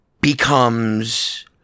becomes